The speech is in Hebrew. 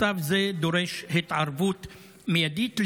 מצב זה דורש התערבות מיידית.